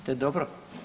To je dobro.